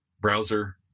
browser